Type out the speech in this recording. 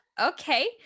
Okay